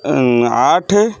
ଆଠ